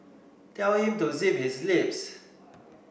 tell him to zip his lips